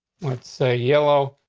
what's a yellow?